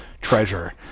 treasure